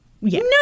No